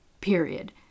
period